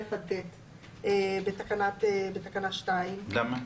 (א) עד (ט) בתקנה 2. למה?